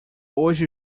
hoje